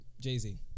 Jay-Z